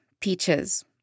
peaches